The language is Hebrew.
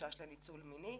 חשש לניצול מיני,